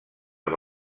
amb